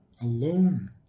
Alone